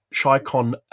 shycon